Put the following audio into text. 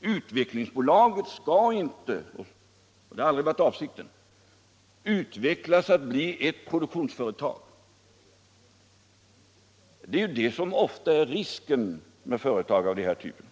Svenska Utvecklingsaktiebolaget skall inte — det har aldrig varit avsikten — utvecklas till att bli ett produktionsföretag. Det är det som ofta är risken med företag av den här typen.